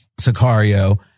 Sicario